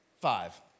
five